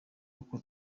uko